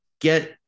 get